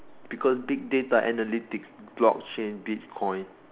because big data analytics block chain bitcoin